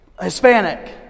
Hispanic